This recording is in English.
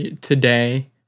today